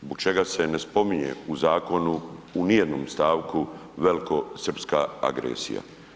Zbog čega se ne spominje u zakonu u nijednom stavku velikosrpska agresija?